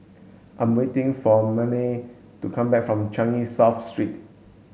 I'm waiting for Mannie to come back from Changi South Street